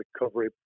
recovery